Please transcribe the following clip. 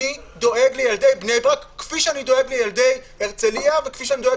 אני דואג לילדי בני ברק כפי שאני דואג לילדי הרצליה וכפי שאני דואג